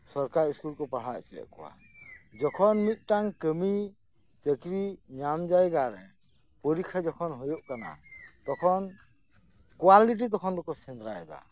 ᱥᱚᱨᱠᱟᱨ ᱥᱠᱩᱞ ᱠᱚ ᱯᱟᱲᱦᱟᱣ ᱪᱚᱭᱮᱫ ᱠᱚᱣᱟ ᱡᱚᱠᱷᱚᱱ ᱢᱤᱫ ᱴᱟᱝ ᱠᱟᱢᱤ ᱪᱟᱠᱨᱤ ᱧᱟᱢ ᱡᱟᱭᱜᱟᱨᱮ ᱯᱚᱨᱤᱠᱠᱷᱟᱡᱚᱠᱷᱚᱱ ᱦᱳᱭᱳᱜ ᱠᱟᱱᱟ ᱛᱚᱠᱷᱚᱱ ᱠᱳᱣᱟᱞᱤᱴᱤ ᱛᱚᱠᱷᱚᱱ ᱫᱚᱠᱚ ᱥᱮᱸᱫᱽᱨᱟᱭᱮᱫᱟ